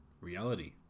reality